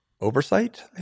oversight